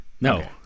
No